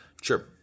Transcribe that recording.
Sure